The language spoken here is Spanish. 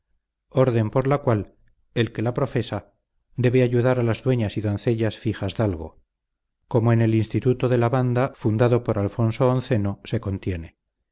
orden por la cual el que la profesa debe ayudar a las dueñas y doncellas fijas dalgo como en el instituto de la banda fundado por alonso xi se contiene